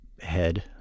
head